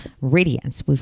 radiance